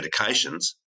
medications